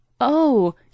Oh